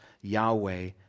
Yahweh